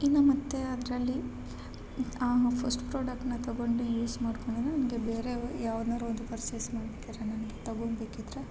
ಇನ್ನ ಮತ್ತು ಅದರಲ್ಲಿ ಫಸ್ಟ್ ಪ್ರಾಡಕ್ಟ್ನ ತಗೊಂಡು ಯೂಸ್ ಮಾಡ್ಕೊಳಲ್ಲ ನನಗೆ ಬೇರೆ ಯಾವ್ದ್ನರು ಒಂದು ಪರ್ಚೇಸ್ ಮಾಡ್ಬೇಕಿದ್ದರೆ ನನಗೆ ತಗೊಂಬೇಕಿದ್ದರೆ